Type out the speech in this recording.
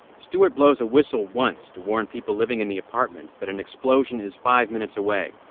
stuart blows a whistle once to warn people living in the apartments that an explosion is five minutes away.